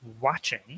watching